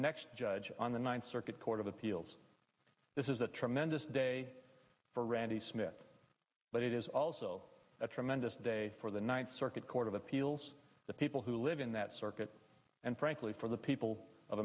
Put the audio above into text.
next judge on the ninth circuit court of appeals this is a tremendous day for randy smith but it is also a tremendous day for the ninth circuit court of appeals the people who live in that circuit and frankly for the people of